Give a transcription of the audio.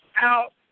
out